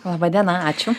laba diena ačiū